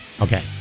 Okay